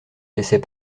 laissait